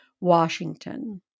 Washington